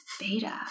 beta